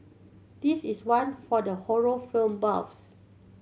this is one for the horror film buffs